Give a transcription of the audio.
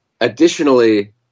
Additionally